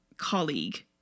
Colleague